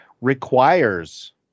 requires